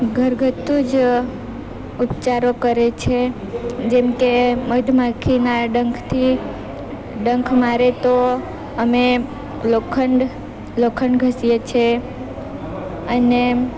ઘરગથ્થુ જ ઉપચારો કરે છે જેમ કે મધમાખીના ડંખથી ડંખ મારે તો અમે લોખંડ લોખંડ ઘસીએ છે અને